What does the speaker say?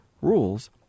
rules